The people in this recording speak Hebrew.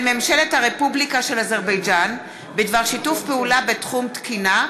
ממשלת הרפובליקה של אזרבייג'ן בדבר שיתוף פעולה בתחום התקינה,